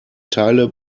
teile